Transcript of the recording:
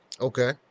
Okay